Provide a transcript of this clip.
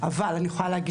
אבל אני יכולה להגיד